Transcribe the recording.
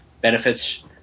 benefits